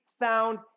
Found